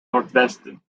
nordwesten